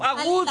הוא ערוץ